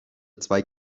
zwei